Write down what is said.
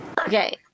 Okay